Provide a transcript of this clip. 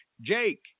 Jake